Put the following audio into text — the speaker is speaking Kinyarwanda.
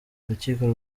urukiko